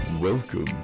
Welcome